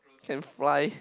can fly